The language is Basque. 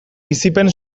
bizipen